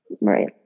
Right